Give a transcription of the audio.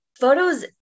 photos